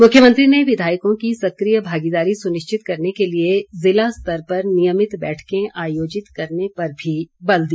मुख्यमंत्री ने विधायकों की सक्रिय भागीदारी सुनिश्चित करने के लिए जिला स्तर पर नियमित बैठकें आयोजित करने पर भी बल दिया